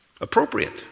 Appropriate